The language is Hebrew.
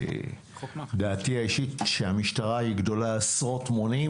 דעתי האישית היא שהמשטרה גדולה עשרות מונים,